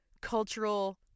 cultural